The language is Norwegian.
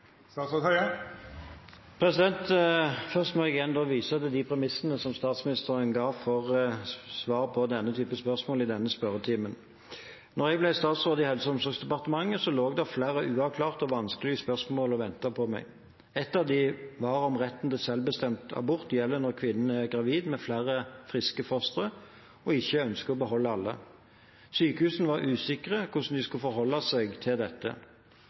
statsråd i Helse- og omsorgsdepartementet, lå det flere uavklarte og vanskelige spørsmål og ventet på meg. Et av dem var om retten til selvbestemt abort gjelder når kvinnen er gravid med flere friske fostre og ikke ønsker å beholde alle. Sykehusene var usikre på hvordan de skulle forholde seg til dette.